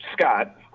Scott